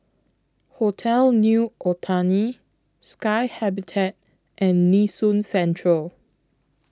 Hotel New Otani Sky Habitat and Nee Soon Central